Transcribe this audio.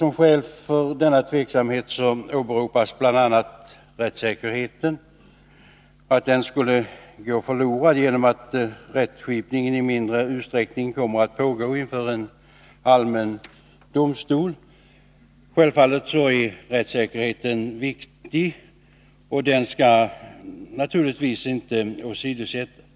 Som skäl för denna tveksamhet åberopas bl.a. att rättssäkerheten skulle gå förlorad genom att rättskipningen i mindre utsträckning kommer att bedrivas inför allmän domstol. Självfallet är rättssäkerheten viktig, och den skall inte åsidosättas.